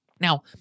Now